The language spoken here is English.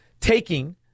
taking